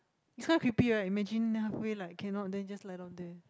this car creepy right imagine then halfway like cannot then it just lie down there